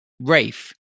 rafe